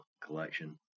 collection